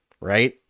right